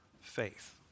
faith